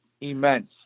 Immense